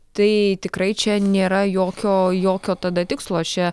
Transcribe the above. tai tikrai čia nėra jokio jokio tada tikslo čia